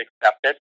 accepted